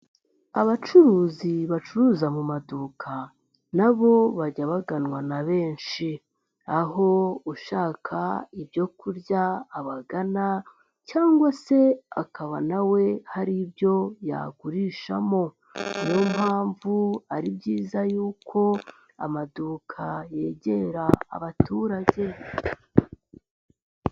Abacuruzi bacuruza mu maduka, na bo bajya baganwa na benshi. Aho ushaka ibyokurya abagana cyangwa se akaba na we hari ibyo yagurishamo. Niyo mpamvu ari byiza yuko amaduka yegera abaturage.